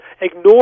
ignore